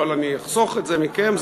אבל אני אחסוך את זה מכם,